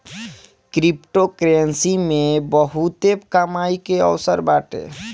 cryptocurrency मे बहुते कमाई के अवसर बाटे